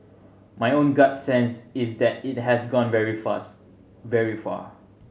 my own gut sense is that it has gone very fast very far